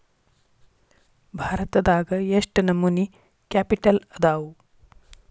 ಭಾರತದಾಗ ಯೆಷ್ಟ್ ನಮನಿ ಕ್ಯಾಪಿಟಲ್ ಅದಾವು?